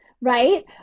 Right